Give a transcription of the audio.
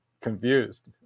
confused